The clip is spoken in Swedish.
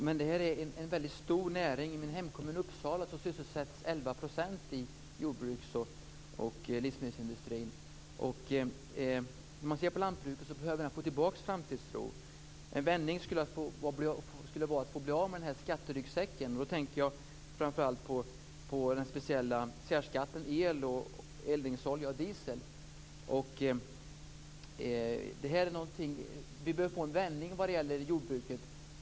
Herr talman! Det här är en väldigt stor näring. I Lantbruket behöver få tillbaka framtidstron. En vändning skulle vara att få bli av med skatteryggsäcken. Då tänker jag framför allt på den speciella särskatten på el, eldningsolja och diesel. Vi behöver få en vändning när det gäller jordbruket.